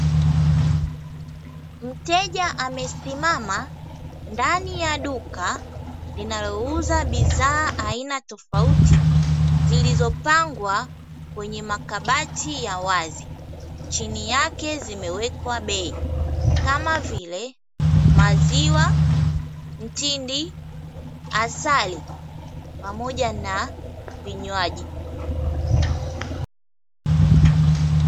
Mteja amesimama ndani ya duka linalouza bidhaa aina tofauti, zilizopangwa kwenye makabati ya wazi, chini yake zimewekwa bei kama vile: maziwa, mtindi, asali pamoja na vinywaji.